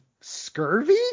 scurvy